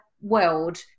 world